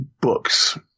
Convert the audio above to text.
books